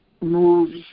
moves